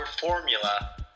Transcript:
formula